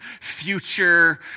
future